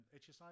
HSI